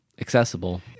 accessible